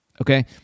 Okay